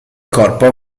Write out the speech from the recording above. corpo